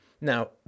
Now